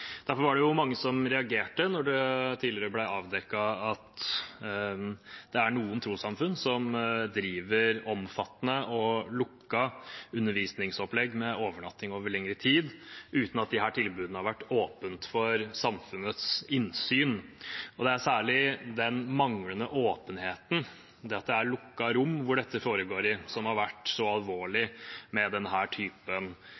Derfor var det mange som reagerte da det tidligere ble avdekket at det er noen trossamfunn som driver omfattende og lukket undervisningsopplegg med overnatting over lengre tid uten at tilbudene har vært åpne for samfunnets innsyn. Det er særlig den manglende åpenheten – det er lukkede rom hvor dette foregår – som har vært så